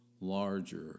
larger